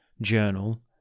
journal